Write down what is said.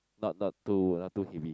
not not too not too heavy